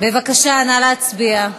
בבקשה, נא להצביע.